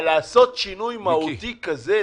אבל לעשות שינוי מהותי כזה,